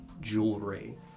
jewelry